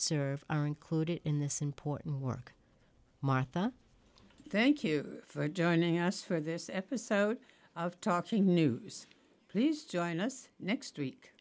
serve are included in this important work martha thank you for joining us for this episode of talking news please join us next week